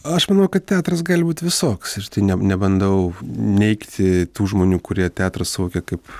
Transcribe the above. aš manau kad teatras gali būt visoks ir ne nebandau neigti tų žmonių kurie teatrą suvokia kaip